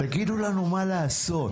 תגידו לנו מה לעשות,